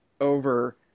over